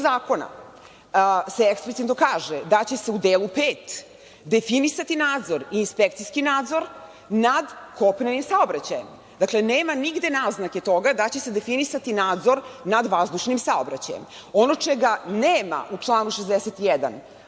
zakona se eksplicitno kaže da će se u delu pet definisati nadzor i inspekcijski nadzor nad kopnenim saobraćajem. Dakle, nema nigde naznake toga da će se definisati nadzor nad vazdušnim saobraćajem. Ono čega nema u članu 61.